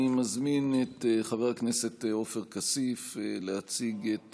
אני מזמין את חבר הכנסת עופר כסיף להציג את